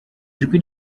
ijwi